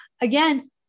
Again